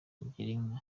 girinka